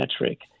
metric